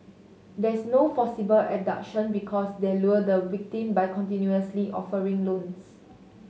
there's no forcible abduction because they lure the victim by continuously offering loans